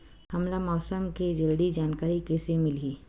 हमला मौसम के जल्दी जानकारी कइसे मिलही?